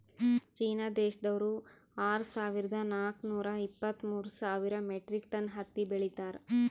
China ದೇಶ್ದವ್ರು ಆರ್ ಸಾವಿರದಾ ನಾಕ್ ನೂರಾ ಇಪ್ಪತ್ತ್ಮೂರ್ ಸಾವಿರ್ ಮೆಟ್ರಿಕ್ ಟನ್ ಹತ್ತಿ ಬೆಳೀತಾರ್